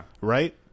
Right